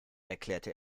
erklärte